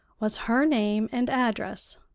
was her name and address.